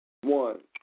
One